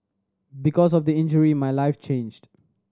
because of the injury my life changed